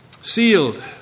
Sealed